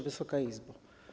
Wysoka Izbo!